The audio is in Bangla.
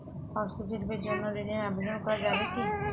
হস্তশিল্পের জন্য ঋনের আবেদন করা যাবে কি?